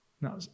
Now